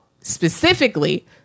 specifically